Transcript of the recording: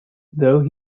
though